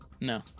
No